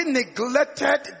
neglected